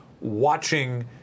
watching